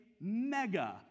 mega